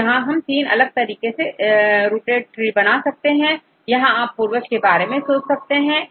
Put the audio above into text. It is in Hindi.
तो यहां पर 3 अलग तरीके से रूटेडट्री बनाए गए हैं यहां आप पूर्वज के बारे में सोच सकते हैं